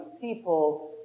people